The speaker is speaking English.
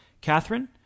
Catherine